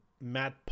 Matt